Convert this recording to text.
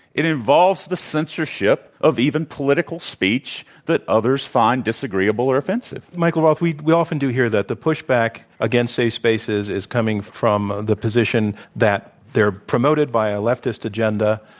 it involves the censorship of even political speech that others find disagreeable or offensive. well, michael roth, we we often do hear that the pushback against safe spaces is coming from the position that they're promoted by a leftist agenda.